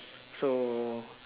so